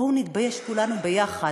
בואו נתבייש כולנו ביחד,